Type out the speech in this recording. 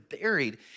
buried